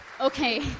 Okay